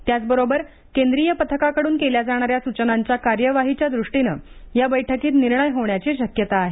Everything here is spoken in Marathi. त्याचबरोबर केंद्रीय पथकाकडून केल्या जाणाऱ्या सूचनांच्या कार्यवाहीच्या दृष्टीनं या बैठकीत निर्णय होण्याची शक्यता आहे